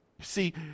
See